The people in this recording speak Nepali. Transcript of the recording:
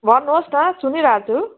भन्नुहोस् न सुनिरहेको छु